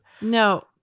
No